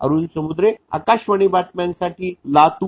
अरूण समुद्रे आकाशवाणी बातम्यासाठी लातूर